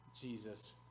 Jesus